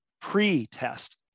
pre-test